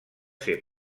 ser